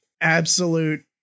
absolute